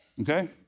Okay